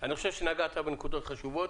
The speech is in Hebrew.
נגעת בנקודות חשובות.